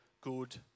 good